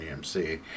EMC